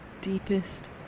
deepest